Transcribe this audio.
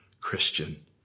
Christian